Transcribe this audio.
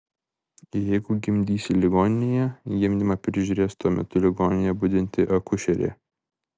jeigu gimdysi ligoninėje gimdymą prižiūrės tuo metu ligoninėje budinti akušerė